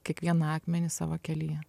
kiekvieną akmenį savo kelyje